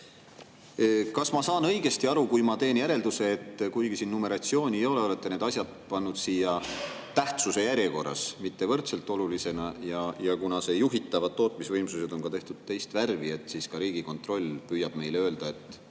Kas ma saan õigesti aru, kui ma teen järelduse, et kuigi siin numeratsiooni ei ole, siis olete te need asjad pannud siia tähtsuse järjekorras, mitte võrdselt olulisena? Kuna juhitavad tootmisvõimsused on siin tehtud teist värvi, siis kas Riigikontroll püüab meile öelda, et